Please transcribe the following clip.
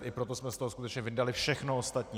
I proto jsme z toho skutečně vyndali všechno ostatní.